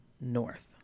North